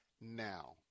now